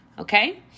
Okay